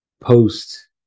post-